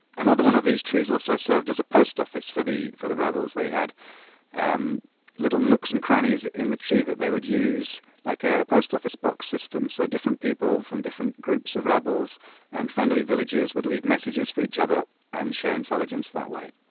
and one of these trees also served as a post office for the for the rebels. they had um little nooks and crannies in the tree that they would use like a post office box system. so different people from different groups of rebels and friendly villagers would leave messages for each other and share intelligence that way